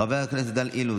חבר הכנסת דן אילוז,